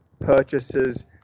purchases